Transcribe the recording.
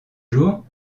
jour